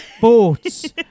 Boats